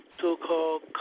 so-called